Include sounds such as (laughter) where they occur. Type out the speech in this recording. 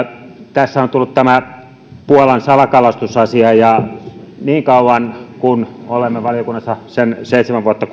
tässä on tullut tämä puolan salakalastusasia ja niin kauan kuin olen valiokunnassa mukana ollut seitsemän vuotta (unintelligible)